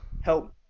help